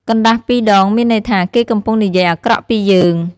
កណ្ដាស់ពីរដងមានន័យថា គេកំពុងនិយាយអាក្រក់ពីយើង។